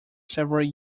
several